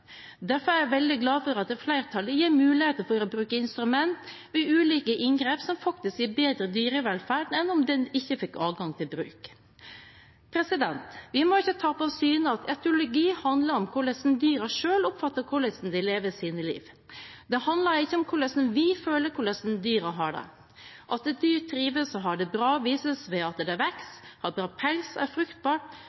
Derfor er jeg veldig glad for at flertallet gir muligheter for å bruke instrumenter ved ulike inngrep, som faktisk gir bedre dyrevelferd enn om en ikke fikk adgang til bruk. Vi må ikke tape av syne at etiologi handler om hvordan dyrene selv oppfatter at de lever sitt liv. Det handler ikke om hvordan vi føler at dyrene har det. At et dyr trives og har det bra, vises ved at